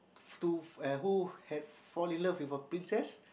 to uh who had fall in love with a princess